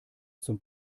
zum